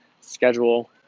schedule